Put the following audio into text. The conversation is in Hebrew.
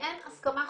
שאין הסכמה חופשית.